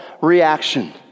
reaction